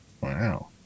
Wow